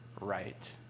right